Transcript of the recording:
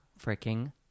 freaking